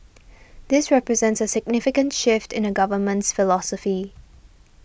this represents significant shift in the Government's philosophy